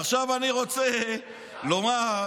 עכשיו אני רוצה לומר,